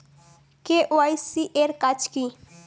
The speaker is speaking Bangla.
কে.ওয়াই.সি এর কাজ কি?